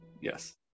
Yes